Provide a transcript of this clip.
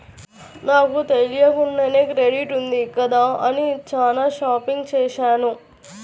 నాకు తెలియకుండానే క్రెడిట్ ఉంది కదా అని చానా షాపింగ్ చేశాను